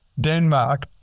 Denmark